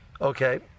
Okay